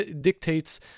dictates